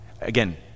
again